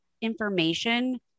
information